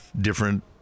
different